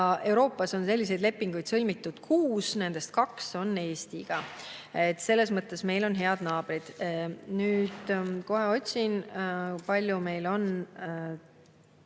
Euroopas on selliseid lepinguid sõlmitud kuus, nendest kaks on Eestiga. Selles mõttes on meil head naabrid. Nüüd kohe otsin, kui palju meil on